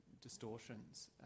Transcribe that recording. distortions